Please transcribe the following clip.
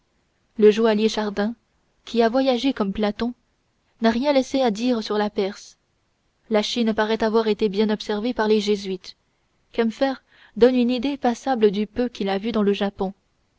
le joaillier chardin qui a voyagé comme platon n'a rien laissé à dire sur la perse la chine paraît avoir été bien observée par les jésuites kempfer donne une idée passable du peu qu'il a vu dans le japon